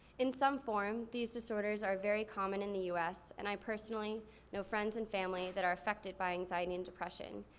in some form, these disorders are very common in the us, and i personally know friends and family that are affected by anxiety and depression,